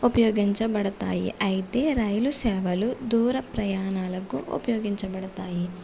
ఉపయోగించబడతాయి అయితే రైలు సేవలు దూర ప్రయాణాలకు ఉపయోగించబడతాయి